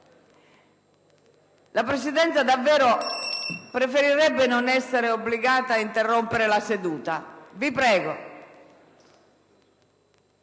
La Presidenza preferirebbe non essere obbligata ad interrompere la seduta. Prego,